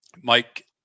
Mike